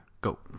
go